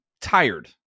tired